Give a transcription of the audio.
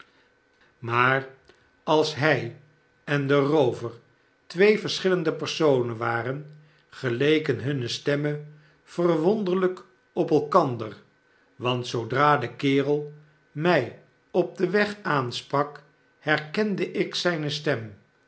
rudge als hij en de roover twee verschillende personen waren geleken hunne stemmen verwonderlijk op elkander want zoodra de kerel mij op den weg aansprak herkende ik zijne stem